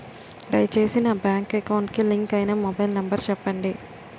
దయచేసి నా bank account కి లింక్ అయినా మొబైల్ నంబర్ చెప్పండి